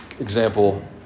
example